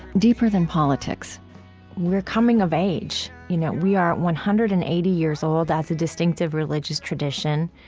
deeper than politics we're coming of age. you know, we're one hundred and eighty years old as a distinctive religious tradition.